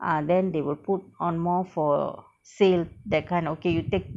ah then they will put on more for sale that kind okay you take